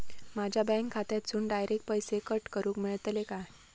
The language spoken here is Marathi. माझ्या बँक खात्यासून डायरेक्ट पैसे कट करूक मेलतले काय?